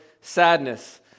sadness